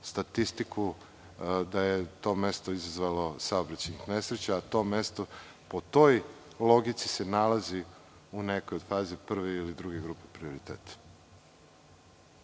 statistiku da je to mesto izazvalo saobraćajnih nesreća. Po toj logici se nalazi u nekoj od faza prve ili druge grupe prioriteta.